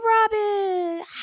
Robin